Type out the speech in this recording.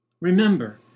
Remember